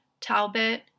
Talbot